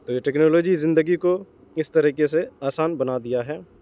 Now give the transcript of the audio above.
تو یہ ٹیکنالوجی زندگی کو اس طریقے سے آسان بنا دیا ہے